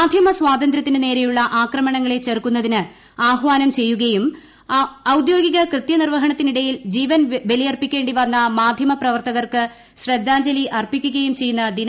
മാന്യമ സ്വാതന്ത്ര്യത്തിന് നേരെയുള്ള് ആക്രമണങ്ങളെ ചെറുക്കുന്നതിന് ആഹാനം ചെയ്യുകയുട്ട് കെര്ദ്യോഗിക കൃത്യനിർവ്വഹണത്തിനിടയിൽ ജീവൻ ബലിയർപ്പിക്കേണ്ടിവന്ന മാധ്യമ പ്രവർത്തകർക്ക് ശ്രദ്ധാഞ്ജലി അർപ്പിക്കുകയും ചെയ്യുന്ന ദിനം കൂടിയാണ് ഇത്